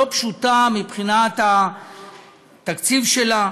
לא פשוטה מבחינת התקציב שלה,